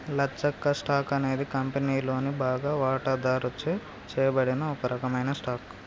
లచ్చక్క, stock అనేది కంపెనీలోని బాగా వాటాదారుచే చేయబడిన ఒక రకమైన స్టాక్